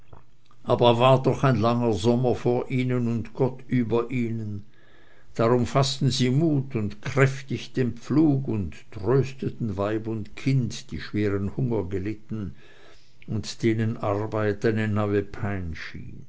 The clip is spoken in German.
aber war doch ein langer sommer vor ihnen und gott über ihnen darum faßten sie mut und kräftig den pflug und trösteten weib und kind die schweren hunger gelitten und denen arbeit eine neue pein